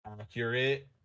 accurate